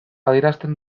adierazten